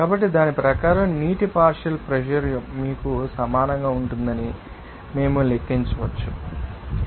కాబట్టి దాని ప్రకారం నీటి పార్షియల్ ప్రెషర్ మీకు సమానంగా ఉంటుందని మేము లెక్కించవచ్చు xwater 0